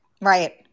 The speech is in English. Right